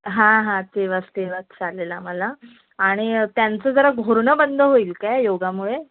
हां हां तेव्हाच तेव्हाच चालेल आम्हाला आणि त्यांचं जरा घोरणं बंद होईल का योगामुळे